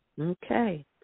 Okay